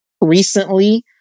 recently